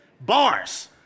Bars